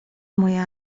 moja